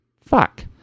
Fuck